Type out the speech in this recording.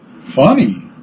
Funny